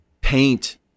paint